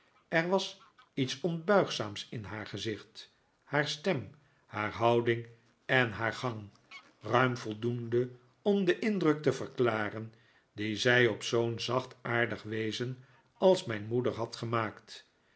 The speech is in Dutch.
er was iets onbuigzaams in haar gezicht haar stem haar houding en haar gang ruim voldoende om den indruk te verklaren dien zij op zoo'n zachtaardig wezen als mijn moeder had gemaakt